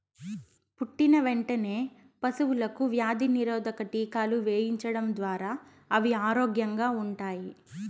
పుట్టిన వెంటనే పశువులకు వ్యాధి నిరోధక టీకాలు వేయించడం ద్వారా అవి ఆరోగ్యంగా ఉంటాయి